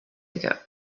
ago